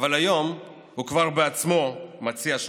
אבל היום הוא בעצמו מציע שוחד.